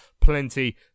plenty